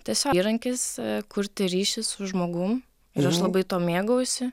tiesio įrankis kurti ryšį su žmogum ir aš labai tuo mėgaujuosi